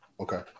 Okay